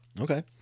Okay